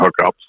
hookups